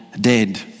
dead